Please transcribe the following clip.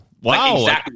Wow